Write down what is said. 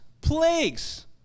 plagues